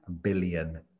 billion